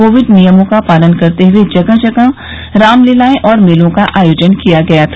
Covid नियमों का पालन करते हुए जगह जगह रामलीलाएं और मेलों का आयोजन किया गया था